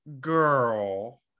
Girl